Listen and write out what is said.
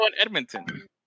Edmonton